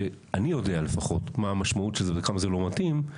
שאני יודע לפחות מה המשמעות של זה וכמה זה לא מתאים,